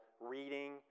reading